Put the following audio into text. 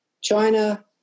China